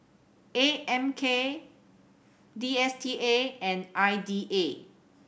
A M K D S T A and I D A